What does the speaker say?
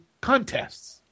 contests